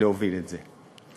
להוביל את זה.